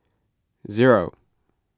zero